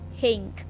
Hink